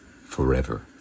forever